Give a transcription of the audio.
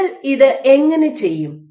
നിങ്ങൾ ഇത് എങ്ങനെ ചെയ്യും